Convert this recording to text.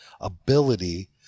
ability